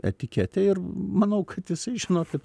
etiketę ir manau kad jisai žino kad